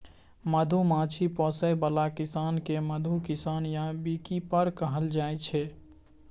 मधुमाछी पोसय बला किसान केँ मधु किसान या बीकीपर कहल जाइ छै